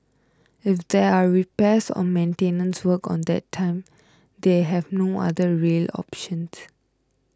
if there are repairs or maintenance work on that time they have no other rail options